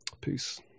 peace